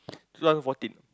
two thousand fourteen